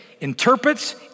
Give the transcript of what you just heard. Interprets